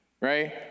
right